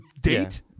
date